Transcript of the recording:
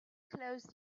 closed